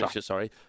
sorry